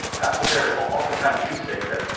pastor barry, often times you say that,